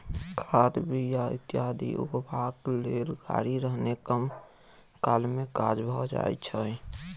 खाद, बीया इत्यादि उघबाक लेल गाड़ी रहने कम काल मे काज भ जाइत छै